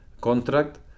contract